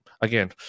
again